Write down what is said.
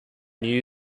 new